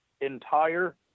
entire